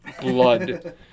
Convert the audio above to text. blood